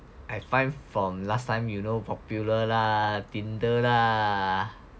I find from last time you know popular lah Tinder lah